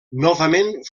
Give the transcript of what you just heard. novament